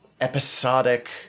episodic